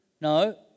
No